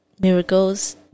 miracles